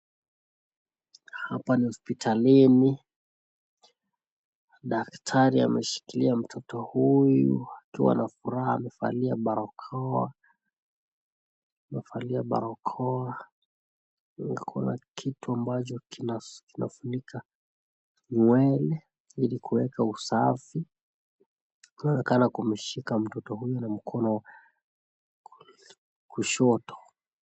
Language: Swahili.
Hapa ni hospitalini, daktari ameshikilia mtoto huyu, akiwa na furaha amevalia barakoa, kuna kitu ambacho kinafunika nywele ilikuweka usafi, anaoneana kumshika mtoto huyu na mkono wa kushoto.